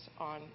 on